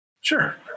Sure